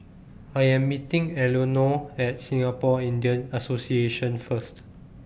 I Am meeting Eleonore At Singapore Indian Association First